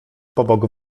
pobok